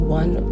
one